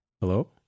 Hello